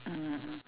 mm